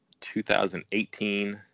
2018